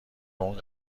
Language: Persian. اون